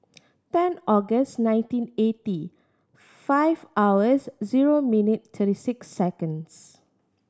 ten August nineteen eighty five hours zero minute and thirty six seconds